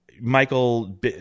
michael